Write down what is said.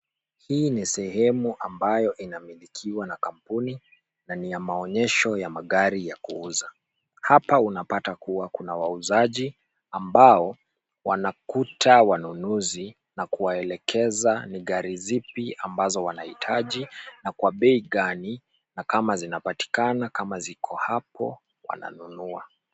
Hii ni sehemu ambayo inamilikiwa na kampuni na ni ya maonyesho ya magari ya kuuza. Hapa unapata kuwa kuna wauzaji ambao wanakuta wanunuzi na kuwaelekeza ni gari zipi ambazo wanahitaji na kwa bei gani na kama zinapatikana kama ziko hapo wanananua.